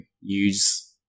use